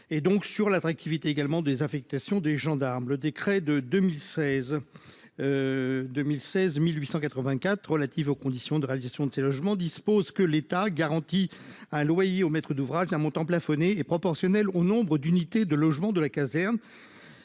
sur l'attractivité également des affectations des gendarmes, le décret de 2016, 2000 16884 relatives aux conditions de réalisation de ces logements dispose que l'état garantit un loyer au maître d'ouvrage d'un montant plafonné est proportionnel au nombre d'unités de logement de la caserne